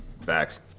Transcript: Facts